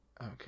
Okay